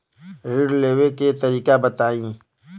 ऋण लेवे के तरीका बताई?